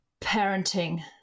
parenting